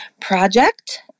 project